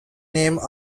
named